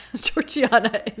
georgiana